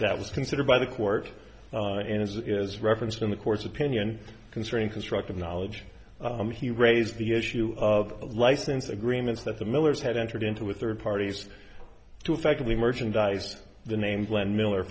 that was considered by the court and as it is referenced in the court's opinion concerning constructive knowledge he raised the issue of license agreements that the millers had entered into with third parties to effectively merchandise the name glenn miller